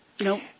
no